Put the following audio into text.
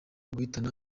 guhitana